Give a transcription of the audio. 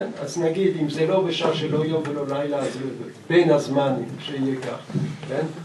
‫אז נגיד, אם זה לא בשעה, ‫שלא יום ולא לילה, ‫אז בין הזמנים שיהיה כך, כן?